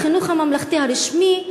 החינוך הממלכתי הרשמי,